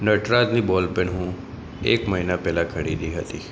નટરાજની ball pen હું એક મહિના પહેલાં ખરીદી હતી